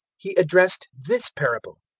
he addressed this parable.